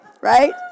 right